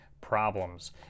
problems